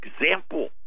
example